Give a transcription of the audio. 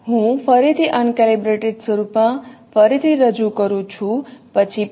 હું ફરીથી અનકેલિબ્રેટેડ સ્વરૂપમાં ફરીથી રજૂ કરું છું પછી P' K'I|t